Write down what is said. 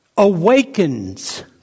awakens